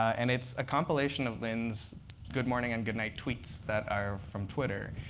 and it's a compilation of lin's good morning and goodnight tweets that are from twitter.